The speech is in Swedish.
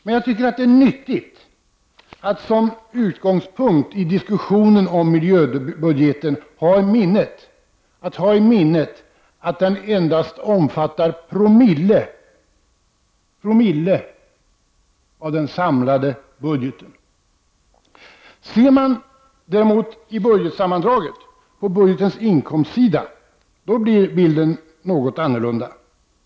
Men jag tycker att det är nyttigt att som utgångspunkt i diskussionen om miljöbudgeten ha i minnet att den endast omfattar promille av den samlade budgeten. Ser man däremot i budgetsammandraget på budgetens inkomstsida blir bilden något annorlunda.